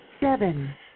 Seven